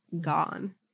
gone